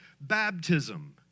baptism